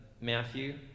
Matthew